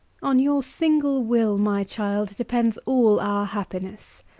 on your single will, my child, depends all our happiness.